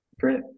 Great